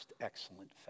excellent